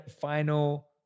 final